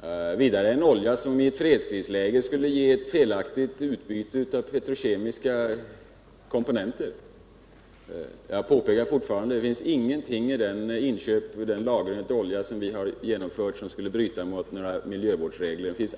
Det är vidare en olja som i ett fredskrisläge skulle ge ett felaktigt utbyte av petrokemiska komponenter. Det finns ingenting i den lagring av olja som vi har genomfört som bryter mot några miljövårdsregler.